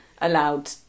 allowed